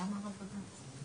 שהייתה פה